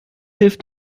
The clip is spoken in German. hilft